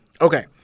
Okay